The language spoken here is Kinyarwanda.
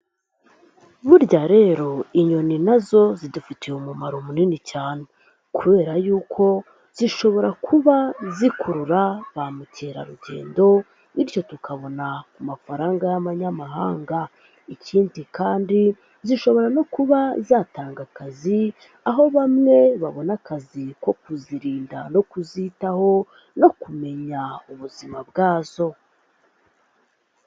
Burya rero inyoni nazo zidufitiye umumaro munini cyane kubera yuko zishobora kuba zikurura ba mukerarugendo, bityo tukabona ku mafaranga y'abanyamahanga. Ikindi kandi zishobora no kuba zatanga akazi aho bamwe babona akazi ko kuzirinda no kuzitaho no kumenya ubuzima bwazo.